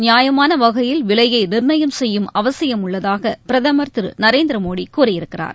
நியாயமான வகையில் விலையை நிர்ணயம் செய்யும் அவசியம் உள்ளதாக பிரதமர் திரு நரேந்திரமோடி கூறியிருக்கிறார்